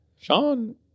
Sean